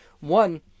One